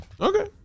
okay